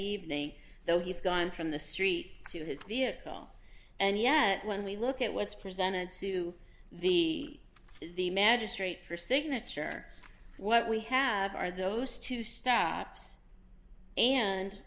evening though he's gone from the street to his vehicle and yet when we look at what's presented to the the magistrate for signature what we have are those two stabs and